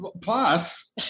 Plus